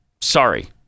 Sorry